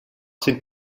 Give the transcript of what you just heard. sind